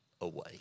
away